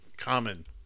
common